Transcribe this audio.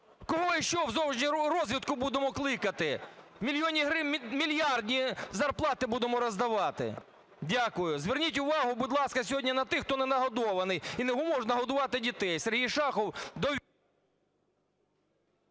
Кого ще в зовнішню розвідку будемо кликати? Мільйонні, мільярдні зарплати будемо роздавати! Дякую. Зверніть увагу, будь ласка, сьогодні на тих, хто не нагодований і не може наголошувати дітей. Сергій Шахов...